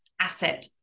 asset